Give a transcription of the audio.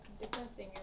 depressing